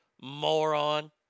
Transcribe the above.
Moron